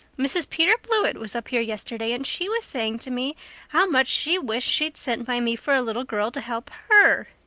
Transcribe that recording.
mrs. peter blewett was up here yesterday, and she was saying to me how much she wished she'd sent by me for a little girl to help her.